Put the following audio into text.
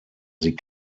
sie